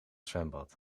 zwembad